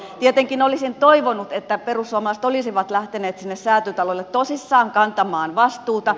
tietenkin olisin toivonut että perussuomalaiset olisivat lähteneet sinne säätytalolle tosissaan kantamaan vastuuta